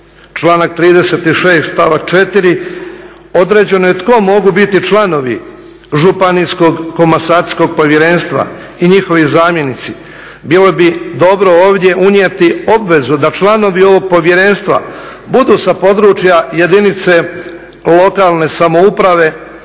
Članak 36., stavak 4, određeno je tko mogu biti članovi Županijskog komasatskog povjerenstva i njihovi zamjenici. Bilo bi dobro ovdje unijeti obvezu da članovi ovog povjerenstva budu sa područja jedinice lokalne samouprave,